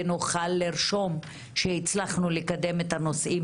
ונוכל לרשום שהצלחנו לקדם את הנושאים